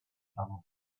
travel